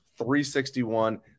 361